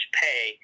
pay